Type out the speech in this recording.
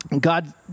God